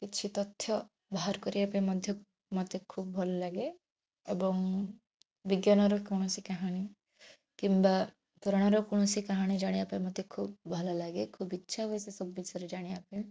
କିଛି ତଥ୍ୟ ବାହର କରିବା ପାଇଁ ମଧ୍ୟ ମୋତେ ଖୁବ ଭଲ ଲାଗେ ଏବଂ ବିଜ୍ଞାନର କୌଣସି କାହାଣୀ କିମ୍ବା ପୁରାଣର କୌଣସି କାହାଣୀ ଜାଣିବା ପାଇଁ ମୋତେ ଖୁବ ଭଲ ଲାଗେ ଖୁବ ଇଚ୍ଛା ହୁଏ ସେ ସବୁ ବିଷୟରେ ଜାଣିବା ପାଇଁ